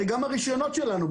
הרי גם הרישיונות שלנו,